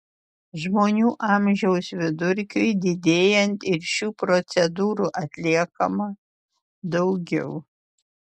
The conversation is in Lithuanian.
žmonių amžiaus vidurkiui didėjant ir šių procedūrų atliekama daugiau